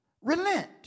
relent